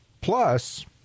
Plus